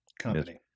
company